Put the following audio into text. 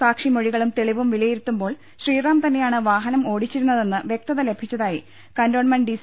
സാക്ഷി മൊഴികളും തെളിവും വിലയിരുത്തുമ്പോൾ ശ്രീറാം തന്നെയാണ് വാഹനം ഓടിച്ചിരുന്നതെന്ന് വ്യക്തത ലഭിച്ചതായി കന്റോൺമെന്റ് ഡി